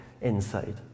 inside